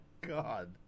God